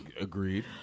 Agreed